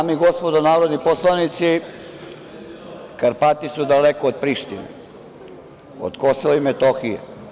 Dame i gospodo narodni poslanici, Karpati su daleko od Prištine, od Kosova i Metohije.